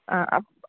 ആ അപ്പം